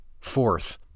Fourth